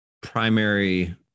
primary